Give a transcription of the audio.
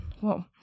Whoa